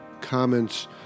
comments